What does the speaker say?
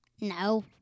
No